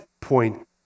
point